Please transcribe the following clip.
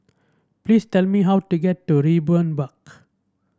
please tell me how to get to Raeburn Park